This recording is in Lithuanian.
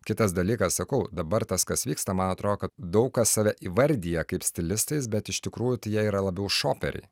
kitas dalykas sakau dabar tas kas vyksta man atrodo kad daug kas save įvardija kaip stilistais bet iš tikrųjų tai jie yra labiau šoperiai